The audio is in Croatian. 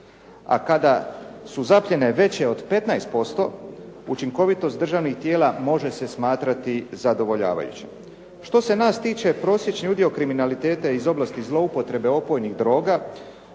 a kada su zapljene veće od 15% učinkovitost državnih tijela može se smatrati zadovoljavajućim. Što se nas tiče prosječni udio kriminaliteta iz oblasti zloupotrebe opojnih droga